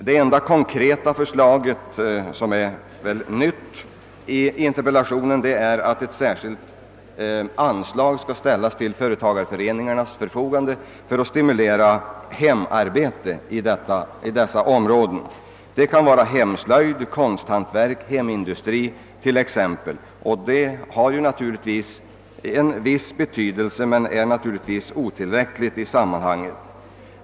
Det enda nya, konkreta förslaget i interpellationssvaret är att ett särskilt anslag skall ställas till företagarföreningarnas förfogande för att stimulera hemarbete i dessa områden. Det kan gälla t.ex. hemslöjd, konsthantverk och hemindustri, och detta har naturligtvis en viss betydelse, men är otillräckligt i sammanhanget.